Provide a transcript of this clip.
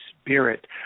Spirit